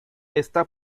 está